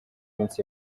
minsi